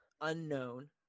unknown